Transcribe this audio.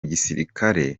gisirikare